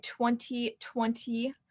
2020